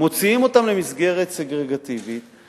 מוציאים אותם למסגרת סגרגטיבית,